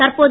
தற்போது